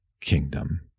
Kingdom